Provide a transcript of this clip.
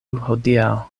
hodiaŭ